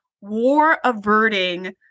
war-averting